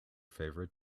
favorite